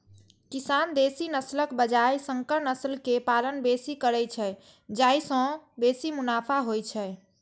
किसान देसी नस्लक बजाय संकर नस्ल के पालन बेसी करै छै, जाहि सं बेसी मुनाफा होइ छै